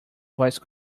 voice